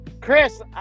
Chris